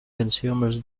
consumers